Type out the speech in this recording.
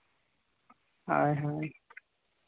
ᱦᱳᱭ ᱦᱳᱭ